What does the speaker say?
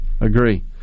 agree